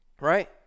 right